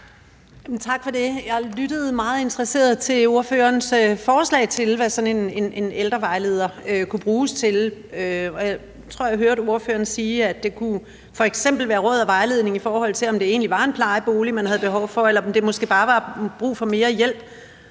Tak for det. Jeg lyttede meget interesseret til ordførerens forslag om, hvad sådan en ældrevejleder kunne bruges til. Jeg tror, jeg hørte ordføreren sige, at det f.eks. kunne være råd og vejledning, i forhold til om det egentlig var en plejebolig, man havde behov for, eller om man måske bare havde brug for mere hjælp.